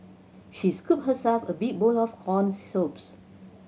she scooped herself a big bowl of corn soups